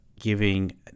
giving